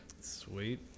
Sweet